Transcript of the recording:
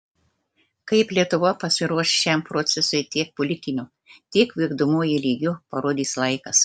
kaip lietuva pasiruoš šiam procesui tiek politiniu tiek vykdomuoju lygiu parodys laikas